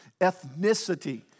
ethnicity